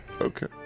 Okay